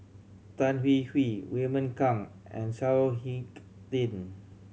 Tan Hwee Hwee Raymond Kang and Chao Hick Tin